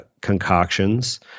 concoctions